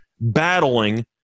battling